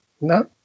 no